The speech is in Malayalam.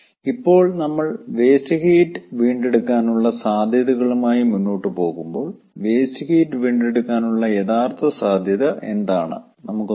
ഇപ്പോൾ നമ്മൾ വേസ്റ്റ് ഹീറ്റ് വീണ്ടെടുക്കാനുള്ള സാധ്യതകളുമായി മുന്നോട്ട് പോകുമ്പോൾ വേസ്റ്റ് ഹീറ്റ് വീണ്ടെടുക്കാനുള്ള യഥാർത്ഥ സാധ്യത എന്താണ് നമുക്ക് നോക്കാം